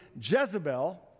Jezebel